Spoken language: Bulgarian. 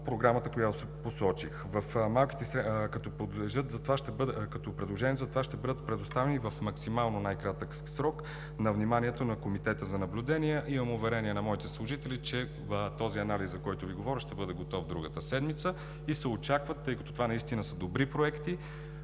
Програмата, която посочих, като предложенията за това ще бъдат предоставени в максимално най-кратък срок на вниманието на Комитета за наблюдение. Имам уверение на моите служители, че този анализ, за който Ви говоря, ще бъде готов другата седмица и се очакват, тъй като това наистина са добри проекти,